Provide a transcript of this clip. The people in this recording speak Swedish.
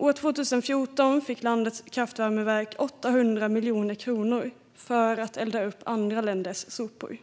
År 2014 fick landets kraftvärmeverk 800 miljoner kronor för att elda upp andra länders sopor.